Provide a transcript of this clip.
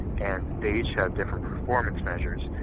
and they each have different performance measures.